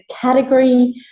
category